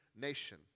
nation